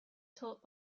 taught